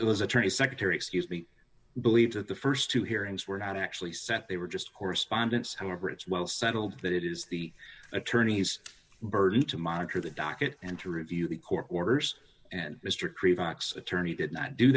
it was attorney secretary excuse me believe that the st two hearings were not actually set they were just correspondence however it's well settled that it is the attorney's burden to monitor the docket and to review the court orders and mr cre vox attorney did not do